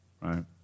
Right